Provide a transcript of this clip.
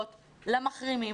מהותיות למחרימים,